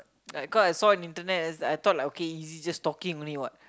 like cause I saw in internet and I taught like okay easy just talking only what